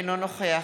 אינו נוכח